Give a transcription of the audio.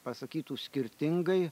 pasakytų skirtingai